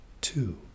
two